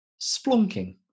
Splunking